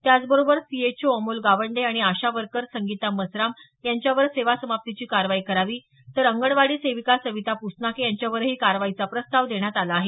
त्याचबरोबर सीएचओ अमोल गावंडे आणि आशा वर्कर संगीता मसराम याचेवर सेवा समाप्ती ची कारवाई तर अंगणवाडी सेविका सविता पुसनाके यांच्यावरही कारवाईचा प्रस्ताव देण्यात आला आहे